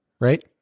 right